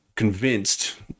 convinced